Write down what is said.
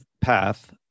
path